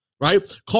right